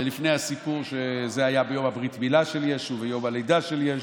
ולפני הסיפור שזה היה ביום ברית המילה של ישו ויום הלידה של ישו,